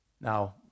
Now